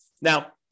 Now